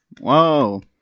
Whoa